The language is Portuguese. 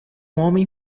homem